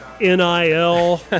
NIL